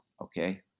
Okay